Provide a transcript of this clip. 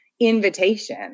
invitation